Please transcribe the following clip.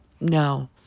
no